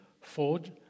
forge